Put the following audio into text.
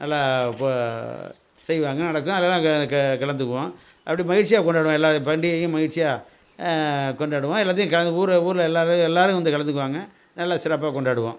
நல்லா போ செய்வாங்க நடக்கும் அதெலாம் நாங்கள் கலந்துக்குவோம் அப்படி மகிழ்ச்சியாக கொண்டாடுவோம் எல்லா பண்டிகையும் மகிழ்ச்சியாக கொண்டாடுவோம் எல்லாத்தையும் ஊர் ஊரில் எல்லாரும் எல்லாரும் வந்து கலந்துக்குவாங்க நல்ல சிறப்பாக கொண்டாடுவோம்